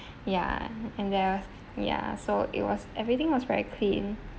ya and there're ya so it was everything was very clean